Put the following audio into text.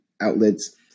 outlets